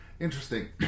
Interesting